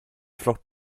flockt